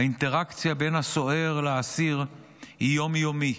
האינטראקציה בין הסוהר לאסיר היא יום-יומית: